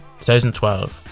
2012